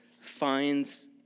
finds